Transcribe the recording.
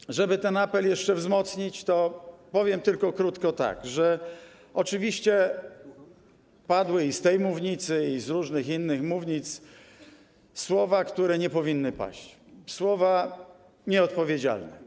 I żeby ten apel jeszcze wzmocnić, to powiem tylko krótko tak: oczywiście padły i z tej mównicy, i z różnych innych mównic słowa, które nie powinny paść, słowa nieodpowiedzialne.